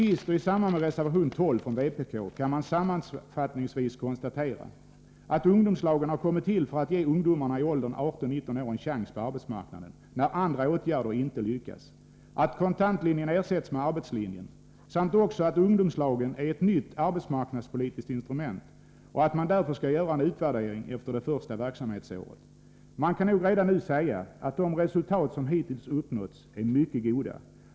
I samband med reservation 12 från vpk vill jag sammanfattningsvis konstatera, att ungdomslagen har kommit till för att ge ungdomarna i åldern 18-19 år en chans på arbetsmarknaden när andra åtgärder inte lyckas. Kontantlinjen ersätts alltså med arbetslinjen. Utskottet understryker också att ungdomslagen är ett nytt arbetsmarknadspolitiskt instrument och att man därför skall göra en utvärdering efter det första verksamhetsåret. Det kan nog redan nu sägas att de resultat som redan uppnåtts är mycket goda.